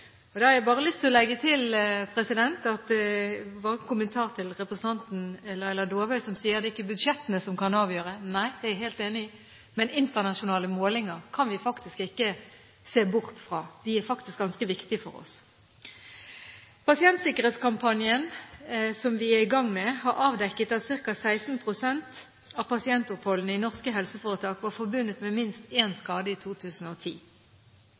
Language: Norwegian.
hjerneslag. Da har jeg bare lyst til å komme med en kommentar til representanten Laila Dåvøy, som sier at det ikke er budsjettene som kan avgjøre; nei, det er jeg helt enig i. Men internasjonale målinger kan vi ikke se bort fra, de er faktisk ganske viktige for oss. Pasientsikkerhetskampanjen, som vi er i gang med, har avdekket at ca. 16 pst. av pasientoppholdene i norske helseforetak var forbundet med minst én skade i 2010.